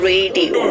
Radio